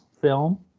film